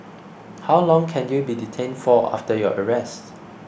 how long can you be detained for after your arrest